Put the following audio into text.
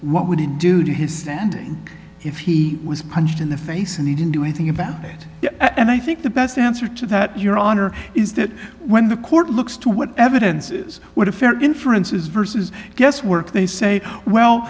what would he do to his standing if he was punched in the face and he didn't do anything about it and i think the best answer to that your honor is that when the court looks to what evidence is what a fair inference is versus guesswork they say well